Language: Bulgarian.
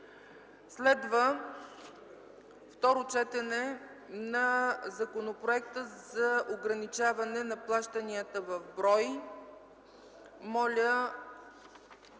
седмица второто четене на Законопроекта за ограничаване на плащанията в брой,